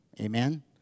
Amen